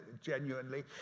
genuinely